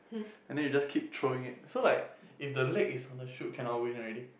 and then you just keep throwing it so like if the leg is on the chute cannot win already